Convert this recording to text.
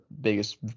biggest